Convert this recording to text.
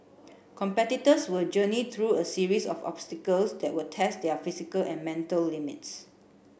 competitors will journey through a series of obstacles that will test their physical and mental limits